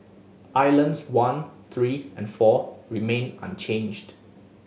Islands one three and four remained unchanged